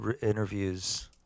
interviews